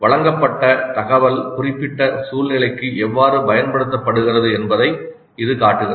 வழங்கப்பட்ட தகவல் குறிப்பிட்ட சூழ்நிலைக்கு எவ்வாறு பயன்படுத்தப்படுகிறது என்பதை இது காட்டுகிறது